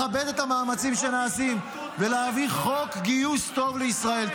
לכבד את המאמצים שנעשים ולהביא חוק גיוס טוב לישראל.